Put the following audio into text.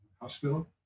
hospital